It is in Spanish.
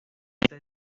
esta